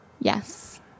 Yes